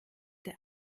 der